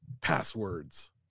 passwords